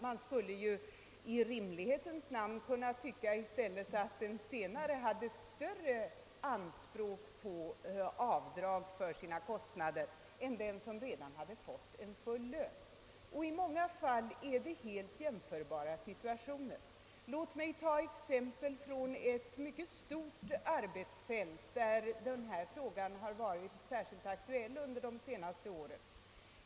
Man skulle i rimlighetens namn i stället kunna tycka att den senare hade större anspråk på avdrag för sina kostnader än den som redan hade fått en full lön. I många fall är det helt jämförbara situationer. Låt mig ta ett exempel från ett mycket stort arbetsfält där den här frågan har varit särskilt aktuell under de se naste åren.